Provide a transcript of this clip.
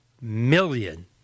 million